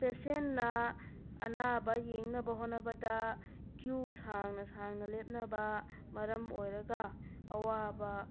ꯄꯦꯁꯣꯟꯅ ꯑꯅꯥꯕ ꯌꯦꯡꯅꯕ ꯍꯣꯠꯅꯕꯗ ꯀ꯭ꯌꯨ ꯁꯥꯡꯅ ꯁꯥꯡꯅ ꯂꯦꯞꯅꯕ ꯃꯔꯃ ꯑꯣꯏꯔꯒ ꯑꯋꯥꯕ